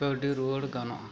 ᱠᱟᱹᱣᱰᱤ ᱨᱩᱣᱟᱹᱲ ᱜᱟᱱᱚᱜᱼᱟ